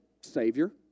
savior